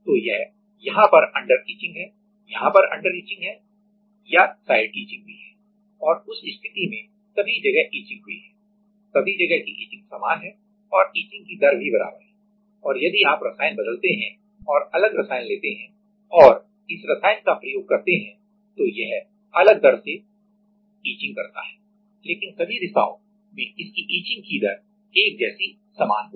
तो यह यहां पर अंडर इचिंग है यहां पर अंडर इचिंग है या साइड इचिंग भी है और उस स्थिति में सभी जगह इचिंग हुई है सभी जगह की इचिंग समान है और इचिंग की दर भी बराबर है और यदि आप रसायन बदलते हैं और अलग रसायन लेते हैं और इस रसायन का प्रयोग करते हैं तो यह अलग दर से इचिंग करता है लेकिन सभी दिशाओं इसकी इचिंग की दर एक जैसी समान होगी